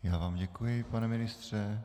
Já vám děkuji, pane ministře.